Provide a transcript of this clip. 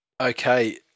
Okay